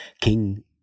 king